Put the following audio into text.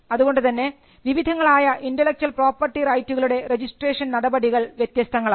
അതുകൊണ്ടുതന്നെ വിവിധങ്ങളായ intellectual property റൈറ്റുകളുടെ രജിസ്ട്രേഷൻ നടപടികൾ വ്യത്യസ്തങ്ങളാണ്